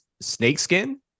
snakeskin